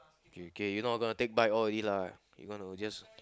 okay you not gonna take bike already lah you gonna just